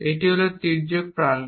এটি হল তির্যক প্রান্ত